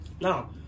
Now